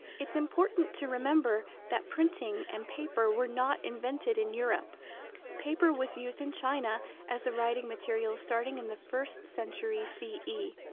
it's important to remember that printing and paper were not invented in europe paper was used in china as a writing material starting in the first century c e.